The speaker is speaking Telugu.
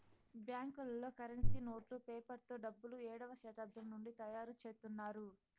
బ్యాంకులలో కరెన్సీ నోట్లు పేపర్ తో డబ్బులు ఏడవ శతాబ్దం నుండి తయారుచేత్తున్నారు